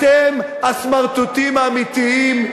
אתם הסמרטוטים האמיתיים,